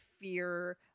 fear